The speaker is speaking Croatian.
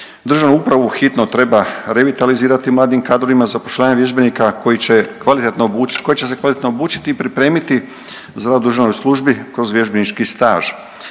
Državnu upravu hitno treba revitalizirati mladim kadrovima zapošljavanjem vježbenika koji će kvalitetno obučiti, koje će se kvalitetno obučiti i pripremiti za rad u državnoj službi kroz vježbenički staž.